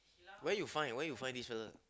where you find where you find this fella